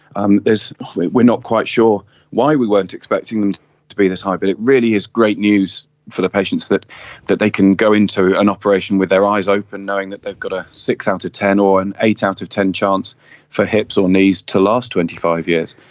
um we are not quite sure why we weren't expecting them to be this high but it really is great news for the patients, that that they can go into an operation with their eyes open knowing that they've got a six out of ten or an eight out of ten chance for hips or knees to last twenty five years.